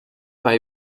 mij